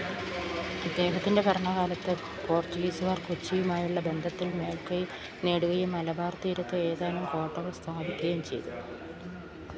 അദ്ദേഹത്തിന്റെ ഭരണകാലത്ത് പോർച്ചുഗീസുകാർ കൊച്ചിയുമായുള്ള ബന്ധത്തിൽ മേല്ക്കൈ നേടുകയും മലബാർ തീരത്ത് ഏതാനും കോട്ടകൾ സ്ഥാപിക്കുകയും ചെയ്തു